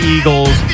Eagles